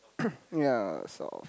yea soft